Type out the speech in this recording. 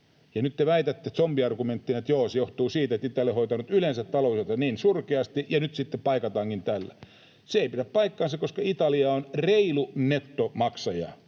ja nyt te väitätte zombiargumenttina, että joo, se johtuu siitä, että Italia on hoitanut yleensä taloutensa niin surkeasti ja nyt sitten paikataankin tällä. Se ei pidä paikkaansa, koska Italia on reilu nettomaksaja,